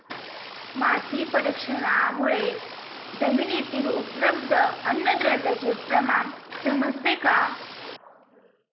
माती परीक्षणामुळे जमिनीतील उपलब्ध अन्नद्रव्यांचे प्रमाण समजते का?